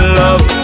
love